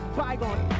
bygone